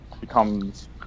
becomes